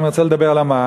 אני רוצה לדבר על המע"מ.